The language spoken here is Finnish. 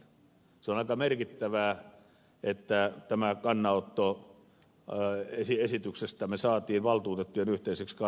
se on aika merkittävää että tämä kannanotto esityksestämme saatiin valtuutettujen yhteiseksi kannanotoksi